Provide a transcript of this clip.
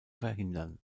verhindern